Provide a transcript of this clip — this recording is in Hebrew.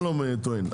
שלום טוען.